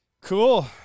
Cool